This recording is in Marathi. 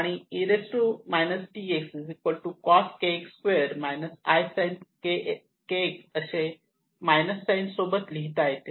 आणि e ikx cos kx i sin kx असे मायनस साईन सोबत लिहिता येते